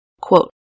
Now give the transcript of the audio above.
Quote